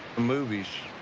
movies.